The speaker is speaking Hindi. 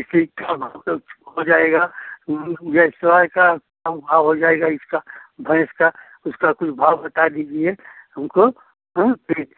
इसी का भाव पर हो जाएगा जयस्वाल का कम भाव हो जाएगा इसका भैंस का उसका कुछ भाव बता दीजिए हमको हाँ ठीक